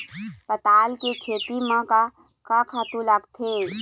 पताल के खेती म का का खातू लागथे?